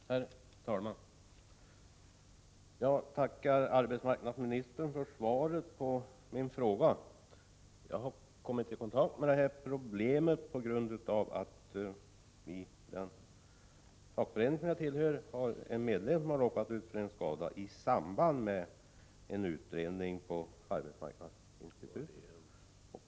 Herr talman! Jag tackar arbetsmarknadsministern för svaret på min fråga. Jag kom i kontakt med det här problemet då en medlem i den fackförening som jag tillhör råkade ut för en skada i samband med sin utbildning vid arbetsmarknadsinstitutet.